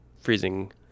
freezing